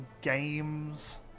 games